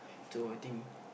so I think